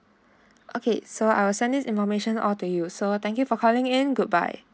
okay so I will send this information all to you so thank you for calling in goodbye